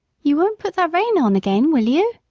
you won't put that rein on again, will you?